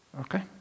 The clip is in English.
Okay